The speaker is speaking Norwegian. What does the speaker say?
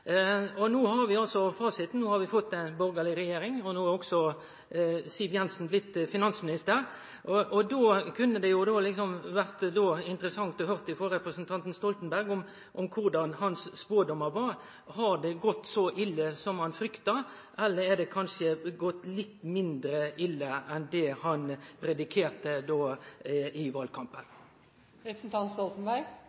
problem. No har vi altså fasiten: Vi har fått ei borgarleg regjering, og no har også Siv Jensen blitt finansminister. Då kunne det vore interessant å høyre frå representanten Stoltenberg korleis spådomane hans gjekk. Har det gått så ille som han frykta, eller har det kanskje gått litt mindre ille enn det han predikerte i valkampen?